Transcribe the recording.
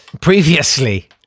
Previously